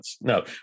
No